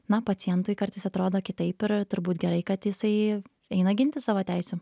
na pacientui kartais atrodo kitaip ir turbūt gerai kad jisai eina ginti savo teisių